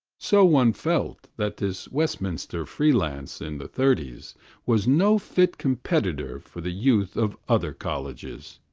so one felt that this westminster free-lance in the thirties was no fit competitor for the youth of other colleges.